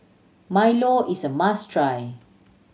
Milo is a must try